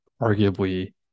arguably